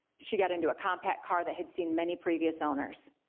she got into a compact car that had seen many previous owners.